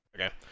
Okay